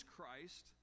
Christ